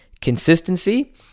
consistency